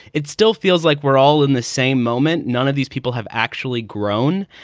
it still feels like we're all in the same moment. none of these people have actually grown.